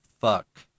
fuck